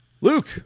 Luke